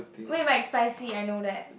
wait McSpicy I know that